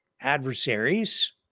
adversaries